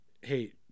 hey